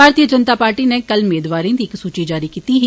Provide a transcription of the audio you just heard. भारतीय जनता पार्टी नै कल मेदवारे दी इक सूचि जारी कीती ही